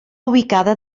ubicada